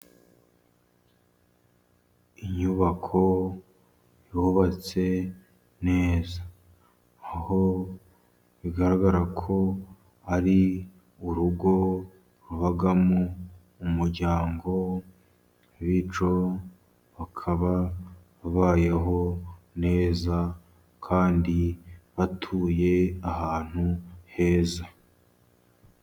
Inyubako yubatse neza aho bigaragara ko ari urugo rubamo umuryango, bityo bakaba babayeho neza kandi batuye ahantu heza.